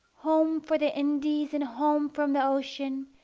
home for the indies and home from the ocean,